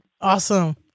Awesome